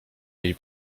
jej